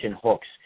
hooks